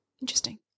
Interesting